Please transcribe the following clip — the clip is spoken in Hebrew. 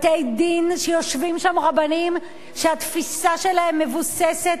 בתי-דין שיושבים שם רבנים שהתפיסה שלהם מבוססת